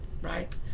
right